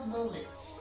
Moments